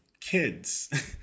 kids